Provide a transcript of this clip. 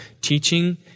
teaching